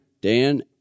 Dan